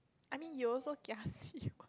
I mean you also ya